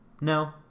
no